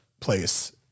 place